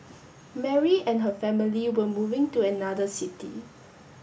Mary and her family were moving to another city